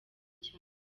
cyane